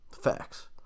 Facts